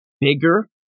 bigger